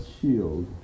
shield